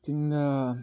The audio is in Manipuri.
ꯆꯤꯡꯗ